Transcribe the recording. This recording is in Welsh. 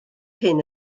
hyn